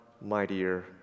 mightier